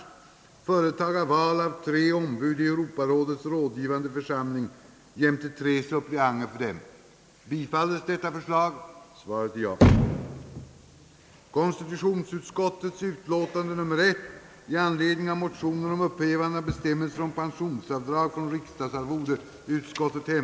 Herr talmannen yttrade, att han efter samråd med andra kammarens talman finge föreslå, att första kammaren ville besluta att vid sammanträde onsdagen den 6 mars företaga val av tre ombud i Europarådets rådgivande församling jämte tre suppleanter för dem.